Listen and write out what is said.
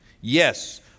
Yes